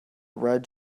red